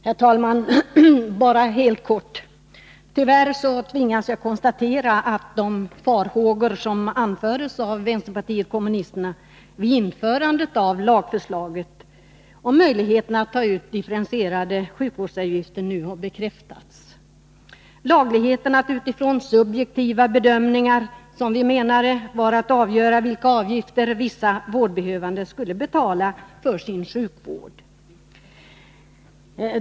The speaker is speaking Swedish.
Herr talman! Jag skall fatta mig helt kort. Tyvärr tvingas jag konstatera att de farhågor som anfördes av vänsterpartiet kommunisterna vid införandet av lagförslaget om möjligheterna att ta ut differentierade sjukvårdsavgifter nu har bekräftats. Det är nu lagligt att utifrån enligt vår mening subjektiva bedömningar avgöra vilka avgifter vissa vårdbehövande skall betala för sin sjukvård.